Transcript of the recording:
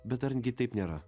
bet argi taip nėra